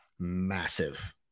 massive